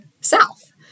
south